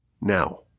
now